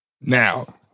now